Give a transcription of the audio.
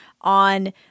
on